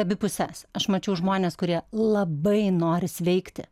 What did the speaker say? abi puses aš mačiau žmones kurie labai nori sveikti